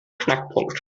knackpunkt